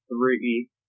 three